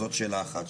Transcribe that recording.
זאת שאלה אחת.